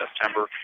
September